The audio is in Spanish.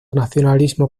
nacionalismo